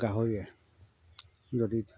গাহৰিয়ে যদি